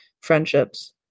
friendships